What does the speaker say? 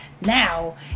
Now